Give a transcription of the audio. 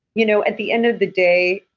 you know, at the end of the day,